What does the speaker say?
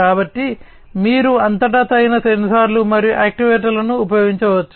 కాబట్టి మీరు అంతటా తగిన సెన్సార్లు మరియు యాక్యుయేటర్లను ఉపయోగించవచ్చు